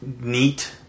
neat